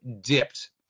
dipped